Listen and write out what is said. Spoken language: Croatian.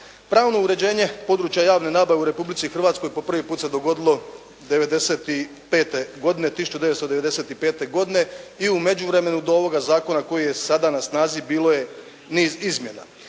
Pravno uređenje područja javne nabave u Republici Hrvatskoj po prvi put se dogodilo '95. godine 1995. godine i u međuvremenu do ovoga zakona koji je sada na snazi bilo je niz izmjena.